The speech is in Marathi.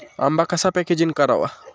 आंबा कसा पॅकेजिंग करावा?